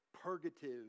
purgative